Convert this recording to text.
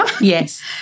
yes